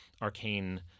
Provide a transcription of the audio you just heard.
arcane